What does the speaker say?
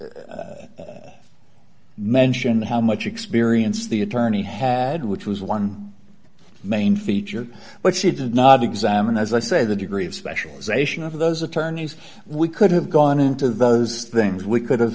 d mentioned how much experience the attorney had which was one main feature but she did not examine as i say the degree of specialization of those attorneys we could have gone into those things we could have